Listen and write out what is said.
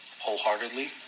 wholeheartedly